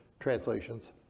Translations